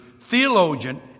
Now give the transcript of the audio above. theologian